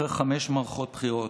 אחרי חמש מערכות בחירות,